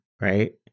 right